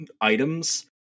items